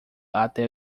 até